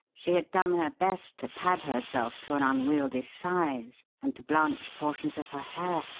she had done her best to pad herself to an unwieldy size and to blanch portions of her hair,